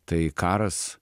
tai karas